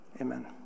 Amen